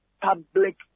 public